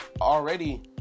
already